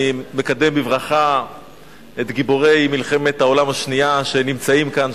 אני מקדם בברכה את גיבורי מלחמת העולם השנייה שנמצאים כאן.